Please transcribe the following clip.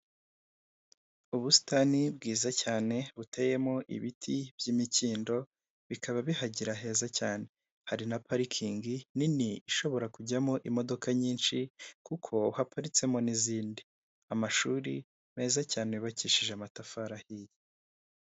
Ubusitani bwiza cyane buteyemo ibiti by'imikindo bikaba bihagira heza cyane, hari na parikingi nini ishobora kujyamo imodoka nyinshi kuko haparitsemo n'izindi. Amashuri meza cyane yubakishije amatafari ahiye.